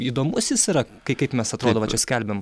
įdomus jis yra kai kaip mes atrodo va čia skelbiam